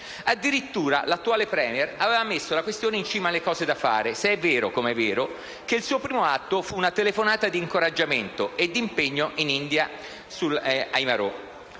Addirittura l'attuale *Premier* aveva posto la questione in cima alle cose da fare, se è vero, com'è vero, che il suo primo atto fu una telefonata di incoraggiamento, e di impegno, in India ai marò.